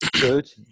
Good